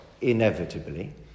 Inevitably